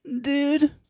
dude